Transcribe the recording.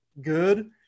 good